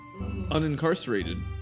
unincarcerated